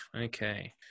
Okay